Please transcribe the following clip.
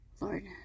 Lord